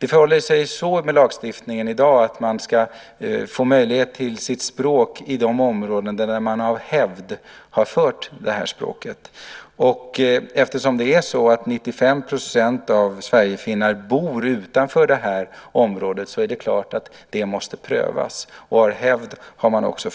Med lagstiftningen i dag förhåller det sig så att man ska få möjlighet att använda sitt språk i de områden där man av hävd har talat det här språket. Eftersom 95 % av sverigefinnarna bor utanför det här området är det klart att det måste prövas. Av hävd har man också